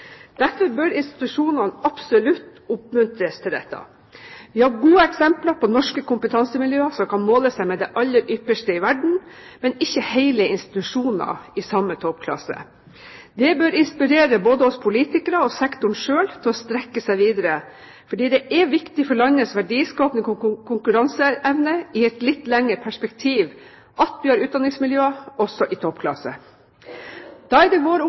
Derfor bør institusjonene absolutt oppmuntres til dette. Vi har gode eksempler på norske kompetansemiljøer som kan måle seg med det aller ypperste i verden, men ikke hele institusjoner i samme toppklasse. Det bør inspirere både oss politikere og sektoren selv til å strekke seg videre, fordi det er viktig for landets verdiskaping og konkurranseevne i et litt lengre perspektiv at vi har utdanningsmiljøer også i toppklasse. Da er det vår